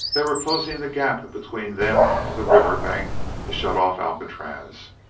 they were closing the gap between them and the river bank to shut off alcatraz,